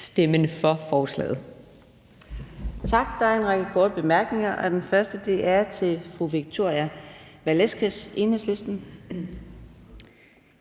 (Karina Adsbøl): Tak. Der er en række korte bemærkninger. Den første er til fru Victoria Velasquez, Enhedslisten.